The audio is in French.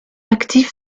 actifs